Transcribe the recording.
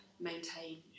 Maintain